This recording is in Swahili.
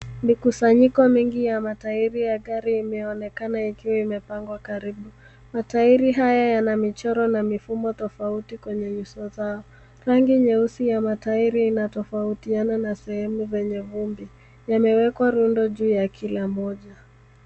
Mikusanyiko mingi ya matairi ya gari imeonekana ikiwa imepangwa karibu. Matairi haya yana michoro na mifumo tofauti kwenye nyuso zao. Rangi nyeusi ya matairi inatofautiana na sehemu zenye vumbi. Yamewekwa rundo juu ya kila mmoja.